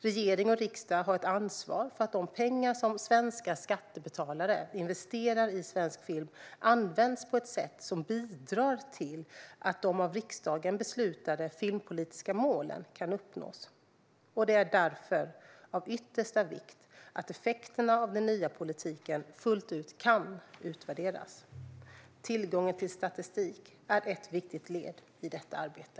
Regering och riksdag har ett ansvar för att de pengar som svenska skattebetalare investerar i svensk film används på ett sätt som bidrar till att de av riksdagen beslutade filmpolitiska målen kan uppnås, och det är därför av yttersta vikt att effekterna av den nya politiken fullt ut kan utvärderas. Tillgången till statistik är ett viktigt led i detta arbete.